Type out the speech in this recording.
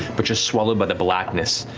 but just swallowed by the blackness.